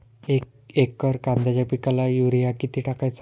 एक एकर कांद्याच्या पिकाला युरिया किती टाकायचा?